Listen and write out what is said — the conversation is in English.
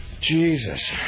Jesus